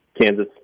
Kansas